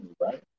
right